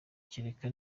kereka